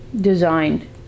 design